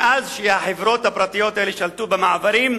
מאז שהחברות הפרטיות האלה שולטות במעברים,